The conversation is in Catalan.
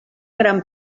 gran